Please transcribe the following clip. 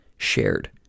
shared